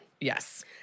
Yes